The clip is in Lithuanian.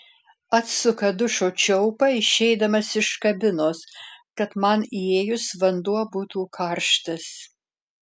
atsuka dušo čiaupą išeidamas iš kabinos kad man įėjus vanduo būtų karštas